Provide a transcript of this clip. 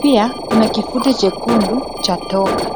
pia kuna kifute chekundu cha toka.